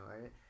right